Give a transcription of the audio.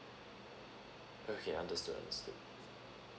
okay understood understood